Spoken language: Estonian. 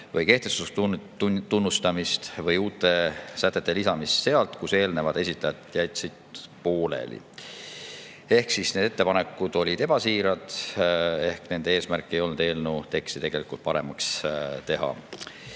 kehtetuks tunnistamist või uute sätete lisamist sealt, kus eelmised esitajad jätsid pooleli. Ehk siis need ettepanekud olid ebasiirad, nende eesmärk ei olnud eelnõu teksti paremaks teha.